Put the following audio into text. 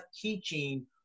teaching